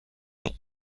long